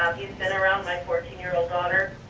um he's been around my fourteen year old daughter.